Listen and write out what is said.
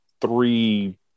three